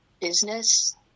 business